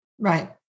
Right